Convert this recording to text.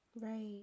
right